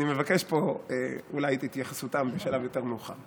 אני מבקש פה אולי את התייחסותם בשלב יותר מאוחר.